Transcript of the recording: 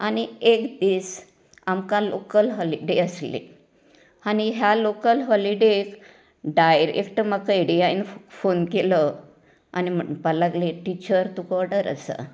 आनी एक दीस आमकां लोकल हॉलिडे आसली आनी ह्या लोकल हॉलिडेक डायरेक्ट म्हाका एडिआयन म्हाका फोन केलो आनी म्हणपाक लागली टिचर तुकां ऑर्डर आसा